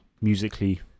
musically